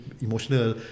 emotional